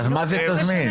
אז מה זה "תזמין"?